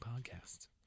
podcast